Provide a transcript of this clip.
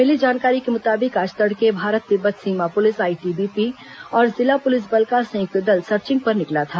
मिली जानकारी के मुताबिक आज तड़के भारत तिब्बत सीमा पुलिस आइटीबीपी और जिला पुलिस बल का संयुक्त दल सर्चिंग पर निकला था